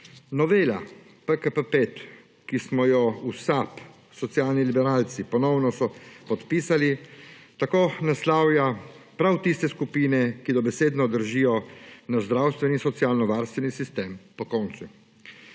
Novela PKP 5, ki smo jo v SAB, socialni liberalci, ponovno sopodpisali, tako naslavlja prav tiste skupine, ki dobesedno držijo naš zdravstveni, socialnovarstveni sistem pokonci.